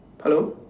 hello